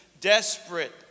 desperate